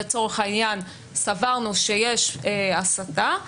לצורך העניין סברנו שיש הסתה,